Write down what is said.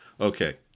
Okay